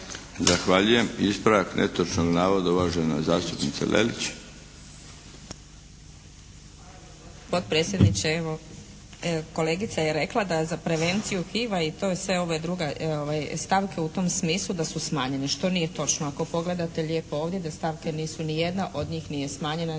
Zahvaljujem. Ispravak netočnog navoda, uvažena zastupnica Lelić. **Lelić, Ruža (HDZ)** Potpredsjedniče, evo kolegica je rekla da za prevenciju HIV-a i sve ove druge stavke u tom smislu da su smanjene, što nije točno. Ako pogledate lijepo ovdje da stavke nisu ni jedna od njih nije smanjena